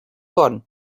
bonn